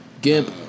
Gimp